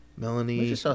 Melanie